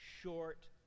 short